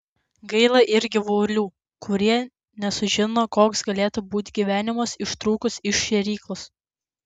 gaila ir gyvulių kurie nesužino koks galėtų būti gyvenimas ištrūkus iš šėryklos